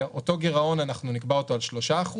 את אותו גירעון אנחנו נקבע על 3%